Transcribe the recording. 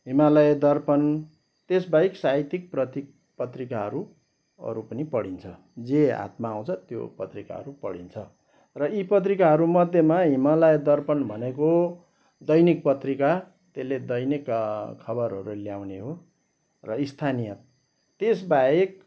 हिमालय दर्पण त्यस बाहेक साहित्यिक प्रति पत्रिकाहरू अरू पनि पढिन्छ जे हातमा आउँछ त्यो पत्रिकाहरू पढिन्छ र यी पत्रिकाहरूमध्येमा हिमालय दर्पण भनेको दैनिक पत्रिका त्यसले दैनिक खबरहरू ल्याउने हो र स्थानीय त्यस बाहेक